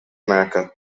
america